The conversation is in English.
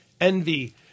envy